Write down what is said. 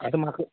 आतां म्हाका